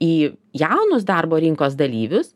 į jaunus darbo rinkos dalyvius